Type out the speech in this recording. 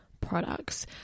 products